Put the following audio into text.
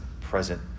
present